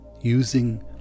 Using